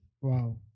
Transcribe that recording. Wow